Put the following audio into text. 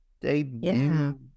Debut